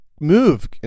move